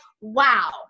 wow